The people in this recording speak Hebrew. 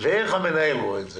ואיך המנהל רואה את זה.